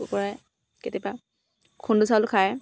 কেতিয়াবা খুন্দু চাউল খায়